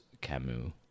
Camus